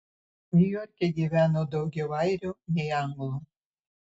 niujorke gyveno daugiau airių nei anglų